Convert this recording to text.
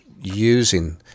using